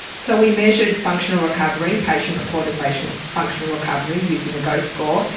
so we measured functional recovery, patient reported functional functional recovery using the gose score,